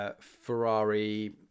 Ferrari